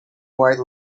white